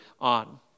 on